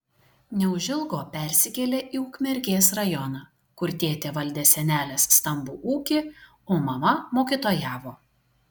neužilgo persikėlė į ukmergės rajoną kur tėtė valdė senelės stambų ūkį o mama mokytojavo